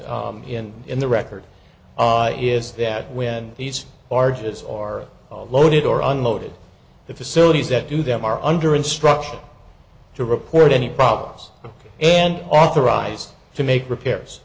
in the record is that when these barges are loaded or unloaded the facilities that do them are under instruction to report any problems and authorized to make repairs